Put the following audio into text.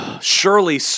Surely